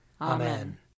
Amen